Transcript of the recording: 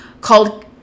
called